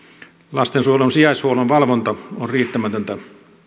lastensuojelun sijaishuollon valvonta on riittämätöntä